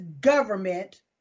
government